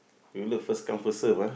you love first come first serve ah